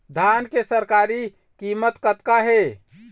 धान के सरकारी कीमत कतका हे?